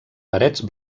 parets